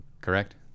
correct